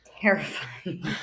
Terrifying